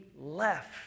left